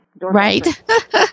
right